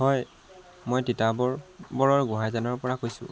হয় মই তিতাবৰ বৰৰ গোঁহাইজানৰ পৰা কৈছোঁ